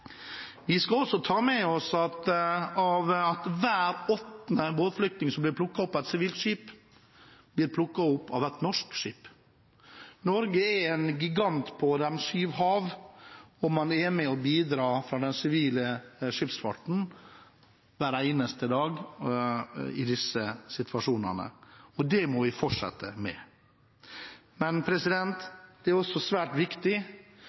Vi skal også ta med oss at hver åttende båtflyktning som blir plukket opp av et sivilt skip, blir plukket opp av et norsk skip. Norge er en gigant på de syv hav, og man er med og bidrar fra den sivile skipsfarten hver eneste dag i disse situasjonene. Det må vi fortsette med. Men det er også svært viktig